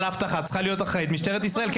האבטחה צריכה להיות אחראית משטרת ישראל.